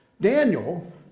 Daniel